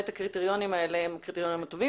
1. קידום הבריאות, הרפואה ומניעת סבל.